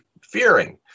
fearing